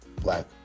Black